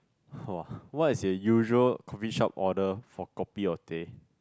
!wah! what is your usual coffee shop order for kopi or teh